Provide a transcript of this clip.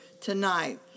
tonight